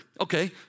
Okay